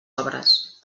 obres